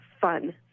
fun